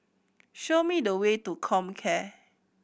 show me the way to Comcare